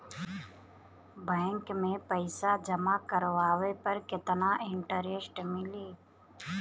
Bank में पईसा जमा करवाये पर केतना इन्टरेस्ट मिली?